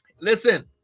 listen